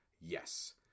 Yes